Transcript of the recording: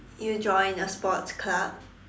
you joined a sports club